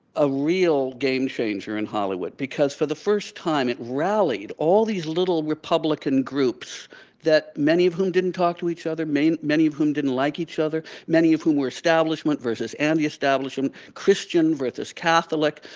a real game changer in hollywood because for the first time it rallied all these little republican groups that many of whom didn't talk to each other, many of whom didn't like each other, many of whom were establishment versus anti-establishment, christian versus catholic,